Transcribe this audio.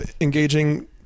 engaging